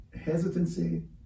hesitancy